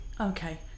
Okay